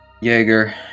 Jaeger